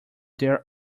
their